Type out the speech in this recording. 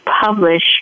publish